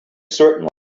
certain